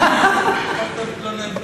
מה אתה מתלונן בכלל?